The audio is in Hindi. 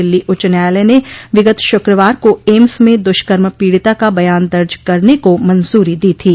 दिल्ली उच्च न्यायालय ने विगत शुक्रवार को एम्स में दुष्कर्म पीडिता का बयान दर्ज करने को मंजूरी दी थी